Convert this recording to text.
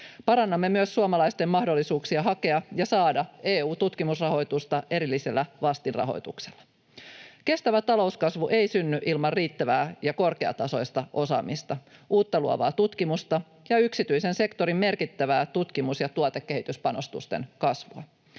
Parannamme myös suomalaisten mahdollisuuksia hakea ja saada EU-tutkimusrahoitusta erillisellä vastinrahoituksella. Kestävä talouskasvu ei synny ilman riittävää ja korkeatasoista osaamista, uutta luovaa tutkimusta ja yksityisen sektorin merkittävää tutkimus- ja tuotekehityspanostusten kasvua.